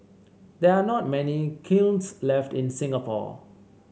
there are not many kilns left in Singapore